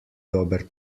dober